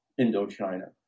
Indochina